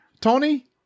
tony